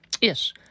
Yes